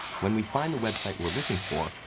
when we find the website we're looking for,